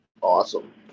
awesome